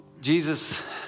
Jesus